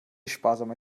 sparsamer